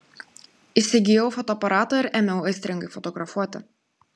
įsigijau fotoaparatą ir ėmiau aistringai fotografuoti